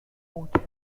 routen